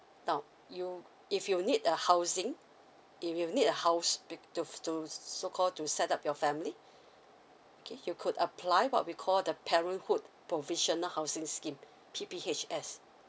now you if you need a housing if you need a house be~ to to so called to set up your family okay you could apply what we call the parenthood provisional housing scheme P_P_H_S